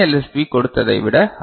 B கொடுத்ததை விட அதிகம்